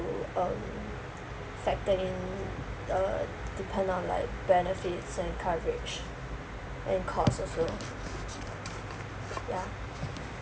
um factor in uh depend on like benefits and coverage and cost also ya